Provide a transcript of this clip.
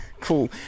Cool